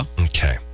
Okay